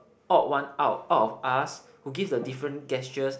odd one out out of us who give the different gestures